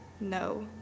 no